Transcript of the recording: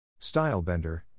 Stylebender